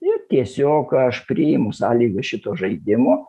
ir tiesiog aš priimu sąlygas šito žaidimo